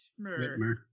Whitmer